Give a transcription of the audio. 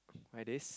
medics